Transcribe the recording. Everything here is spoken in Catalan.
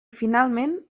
finalment